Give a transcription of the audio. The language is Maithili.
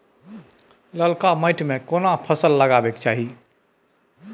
ललका माटी में केना फसल लगाबै चाही?